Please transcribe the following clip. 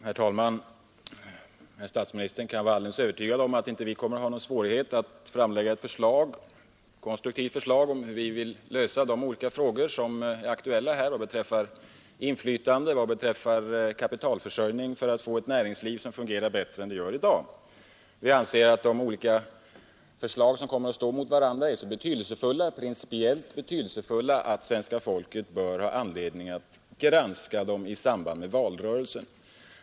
Herr talman! Statsministern kan vara alldeles övertygad om att vi inte kommer att ha några svårigheter att framlägga ett konstruktivt förslag om hur vi skall lösa de olika frågor som är aktuella när det gäller inflytande och när det gäller kapitalförsörjningen för att åstadkomma ett näringsliv som fungerar bättre än dagens. Vi anser att de olika förslag som kommer att stå emot varandra principiellt är så betydelsefulla att svenska folket har anledning att granska dem i samband med valrörelsen.